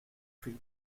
free